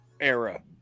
era